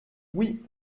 oui